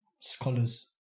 scholars